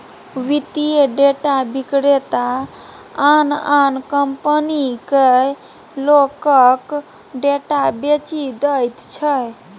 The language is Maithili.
वित्तीय डेटा विक्रेता आन आन कंपनीकेँ लोकक डेटा बेचि दैत छै